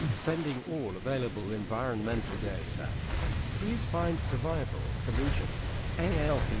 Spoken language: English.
sending all available environmental day this five survival solution a l